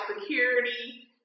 security